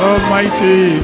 Almighty